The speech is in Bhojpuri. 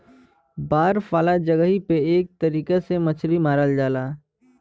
बर्फ वाला जगही पे एह तरीका से मछरी मारल जाला